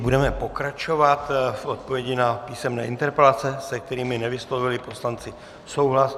Budeme pokračovat v odpovědích na písemné interpelace, se kterými nevyslovili poslanci souhlas.